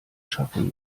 schaffen